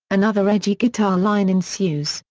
another edgy guitar line ensues,